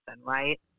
right